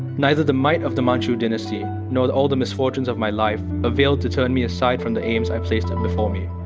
neither the might of the manchu dynasty nor the older misfortunes of my life availed to turn me aside from the aims i placed before me.